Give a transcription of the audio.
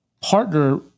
partner